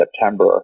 September